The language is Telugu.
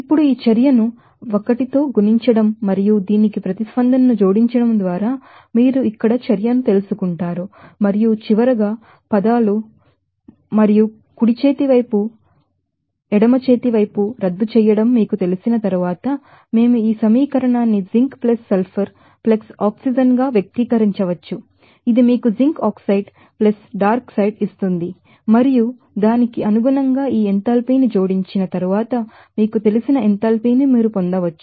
ఇప్పుడు ఈ చర్యను 1 తో గుణించడం మరియు దీనికి ప్రతిస్పందనను జోడించడం ద్వారా మీరు ఇక్కడ చర్యను తెలుసుకుంటారు మరియు చివరగా పదాలు మరియు కుడి చేతి వైపు మరియు ఎడమ చేతి వైపురద్దు చేయడం తరువాత మేము ఈ సమీకరణాన్ని జింక్ సల్ఫర్ ఆక్సిజన్ గా వ్యక్తీకరించవచ్చు ఇది మీకు జింక్ ఆక్సైడ్ డార్క్ సైడ్ ఇస్తుంది మరియు దానికి అనుగుణంగా ఈ ఎంథాల్పీని జోడించిన తరువాత మీకు తెలిసిన ఎంథాల్పీని మీరు పొందవచ్చు